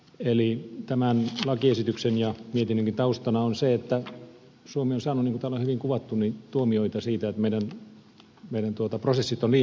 eli tämän lakiesityksen ja mietinnönkin taustana on se että suomi on saanut niin kuin täällä on hyvin kuvattu tuomioita siitä että meidän prosessimme ovat liian pitkiä